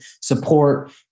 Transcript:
support